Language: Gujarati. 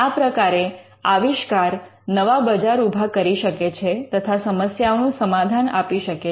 આ પ્રકારે આવિષ્કાર નવા બજાર ઉભા કરી શકે છે તથા સમસ્યાઓનું સમાધાન આપી શકે છે